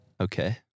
okay